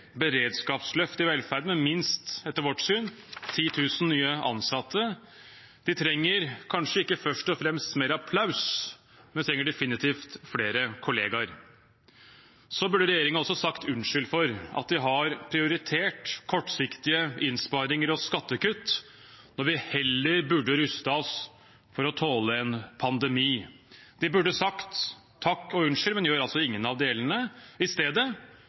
beredskapsløft i velferden med minst, etter vårt syn, 10 000 nye ansatte. De trenger kanskje ikke først og fremst mer applaus, men de trenger definitivt flere kollegaer. Så burde regjeringen også sagt unnskyld for at de har prioritert kortsiktige innsparinger og skattekutt når vi heller burde rustet oss for å tåle en pandemi. De burde sagt takk og unnskyld, men gjør altså ingen av delene. I stedet